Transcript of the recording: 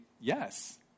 yes